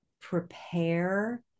prepare